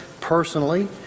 personally